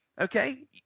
Okay